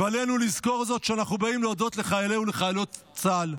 ועלינו לזכור זאת כשאנחנו באים להודות לחיילי ולחיילות צה"ל.